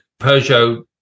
Peugeot